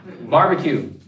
Barbecue